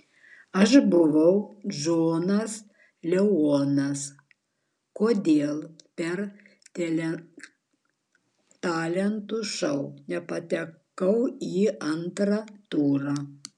aš buvau džonas lenonas kodėl per talentų šou nepatekau į antrą turą